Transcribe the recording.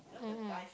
mm mm